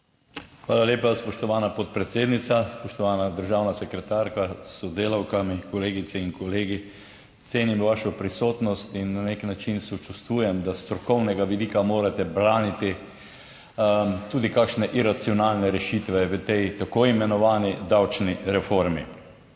Hvala lepa, spoštovana podpredsednica. Spoštovana državna sekretarka s sodelavkami, kolegice in kolegi! Cenim vašo prisotnost in na nek način sočustvujem, da s strokovnega vidika morate braniti tudi kakšne iracionalne rešitve v tej tako imenovani davčni reformi.